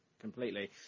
completely